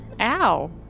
Ow